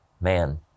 man